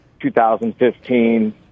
2015